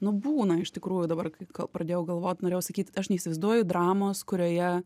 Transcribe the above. nu būna iš tikrųjų dabar kai ka pradėjau galvot norėjau sakyt aš neįsivaizduoju dramos kurioje